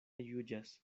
juĝas